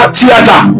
theater